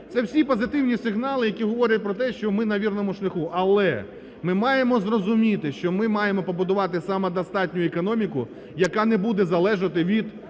Це всі позитивні сигнали, які говорять про те, що ми на вірному шляху. Але ми маємо зрозуміти, що ми маємо побудувати самодостатню економіку, яка не буде залежати від